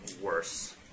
worse